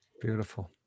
beautiful